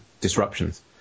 disruptions